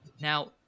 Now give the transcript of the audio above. Now